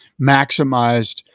maximized